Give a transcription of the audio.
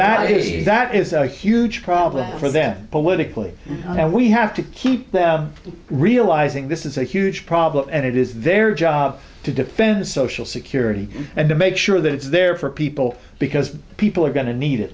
is that is a huge problem for them politically and we have to keep them realizing this is a huge problem and it is their job to defend social security and to make sure that it's there for people because people are going to need it